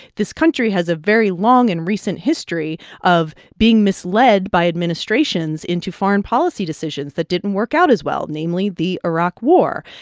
this country has a very long and recent history of being misled by administrations into foreign policy decisions that didn't work out as well, namely the iraq war.